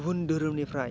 गुबुन दोहोरोमनिफ्राय